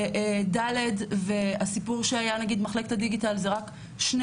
ש-ד' והסיפור שהיה נגיד במחלקת הדיגיטל זה רק שני